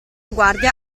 guardia